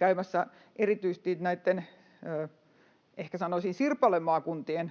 näissä, ehkä sanoisin sirpalemaakunnissa,